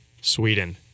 Sweden